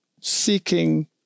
seeking